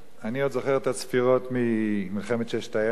אני עוד זוכר את הצפירות ממלחמת ששת הימים,